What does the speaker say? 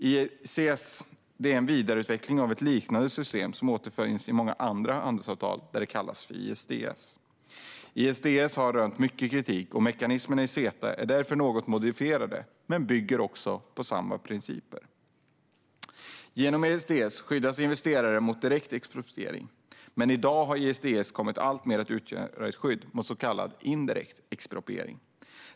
ICS är en vidareutveckling av ett liknande system som återfinns i många andra handelsavtal och kallas ISDS. ISDS har dock rönt mycket kritik, och mekanismerna i CETA är därför något modifierade men bygger på samma principer. Genom ISDS skyddas investeraren mot direkt expropriering. I dag har dock ISDS alltmer kommit att utgöra ett skydd mot så kallad indirekt expropriering.